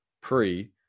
pre